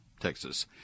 Texas